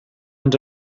ens